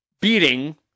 beating